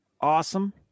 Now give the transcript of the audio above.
awesome